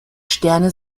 sterne